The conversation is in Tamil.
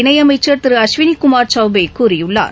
இணைஅமைச்சர் திரு அஸ்வினிகுமார் சௌபேகூறியுள்ளார்